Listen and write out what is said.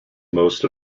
most